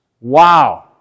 Wow